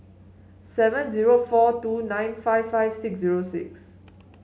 seven zero four two nine five five six zero six